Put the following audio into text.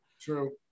True